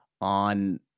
on